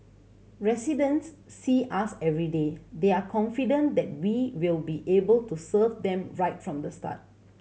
residents see us everyday they are confident that we will be able to serve them right from the start